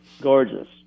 Gorgeous